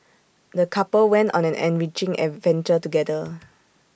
the couple went on an enriching adventure together